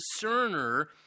discerner